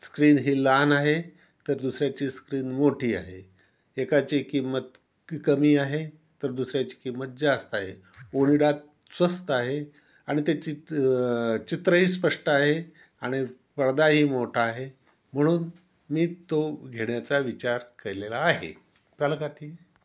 screen ही लहान आहे तर दुसऱ्याची स्क्रीन मोठी आहे एकाची किंमत क कमी आहे तर दुसऱ्याची किंमत जास्त आहे ओनिडा स्वस्त आहे आणि त्याची चित्रही स्पष्ट आहे आणि पडदाही मोठा आहे म्हणून मी तो घेण्याचा विचार केलेला आहे झालं का ठीक